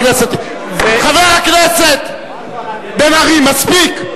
חבר הכנסת בן-ארי, מספיק.